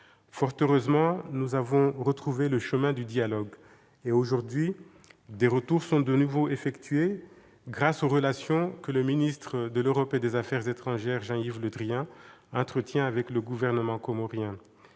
Fort heureusement, nous avons retrouvé le chemin du dialogue et, aujourd'hui, des retours sont de nouveau effectués grâce aux relations que le ministre de l'Europe et des affaires étrangères, Jean-Yves Le Drian, entretient avec le gouvernement comorien.